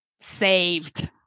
saved